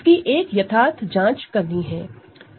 इसकी एक यथार्थ जांच करनी है